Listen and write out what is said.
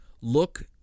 look